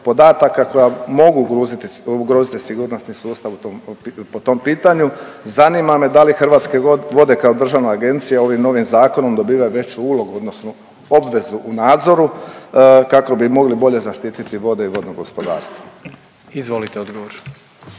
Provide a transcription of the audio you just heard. koja mogu ugroziti sigurnosni sustav u tom, po tom pitanju. Zanima me, da li Hrvatske vode kao državna agencija ovim novim Zakonom dobivaju veću ulogu odnosno obvezu u nadzoru, kako bi mogli bolje zaštititi vode i vodno gospodarstvo? **Jandroković,